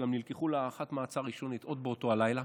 גם נלקחו להארכת מעצר ראשונית עוד באותו הלילה.